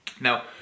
now